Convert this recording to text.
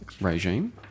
regime